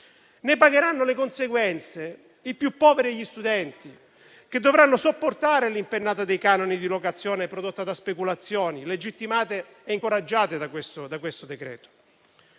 Ne pagheranno le conseguenze i più poveri e gli studenti, che dovranno sopportare l'impennata dei canoni di locazione prodotta da speculazioni legittimate e incoraggiate da questo da questo